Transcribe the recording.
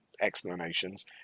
explanations